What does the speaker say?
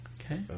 okay